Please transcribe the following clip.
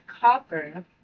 copper